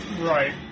Right